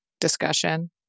discussion